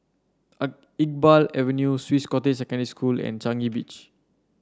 A Iqbal Avenue Swiss Cottage Secondary School and Changi Beach